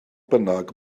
bynnag